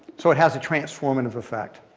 so it has a transformative effect.